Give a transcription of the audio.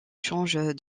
changent